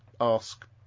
ask